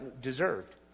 deserved